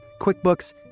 QuickBooks